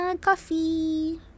Coffee